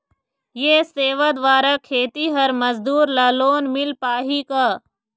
ये सेवा द्वारा खेतीहर मजदूर ला लोन मिल पाही का?